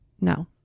No